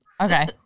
Okay